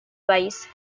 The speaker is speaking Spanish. país